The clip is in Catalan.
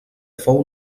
fou